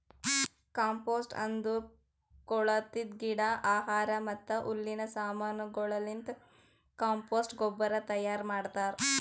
compost ಅಂದುರ್ ಕೊಳತಿದ್ ಗಿಡ, ಆಹಾರ ಮತ್ತ ಹುಲ್ಲಿನ ಸಮಾನಗೊಳಲಿಂತ್ ಕಾಂಪೋಸ್ಟ್ ಗೊಬ್ಬರ ತೈಯಾರ್ ಮಾಡ್ತಾರ್